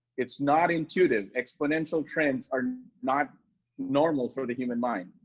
it's not intuitive. exponential trends are not normal for the human mind.